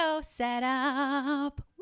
setup